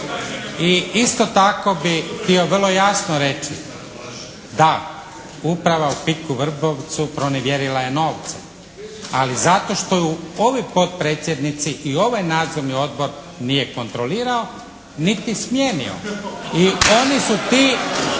I isto tako bi htio vrlo jasno reći da uprava u "Piku" Vrbovcu pronevjerila je novce, ali zato što ju ovi potpredsjednici i ovaj Nadzorni odbor nije kontrolirao niti smijenio i oni su ti